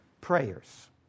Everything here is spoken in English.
prayers